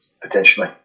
potentially